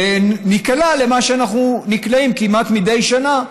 וניקלע למה שאנחנו נקלעים אליו כמעט מדי שנה,